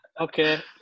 Okay